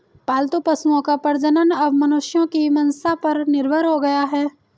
पालतू पशुओं का प्रजनन अब मनुष्यों की मंसा पर निर्भर हो गया है